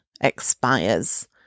expires